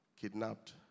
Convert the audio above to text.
kidnapped